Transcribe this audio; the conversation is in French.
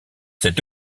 cet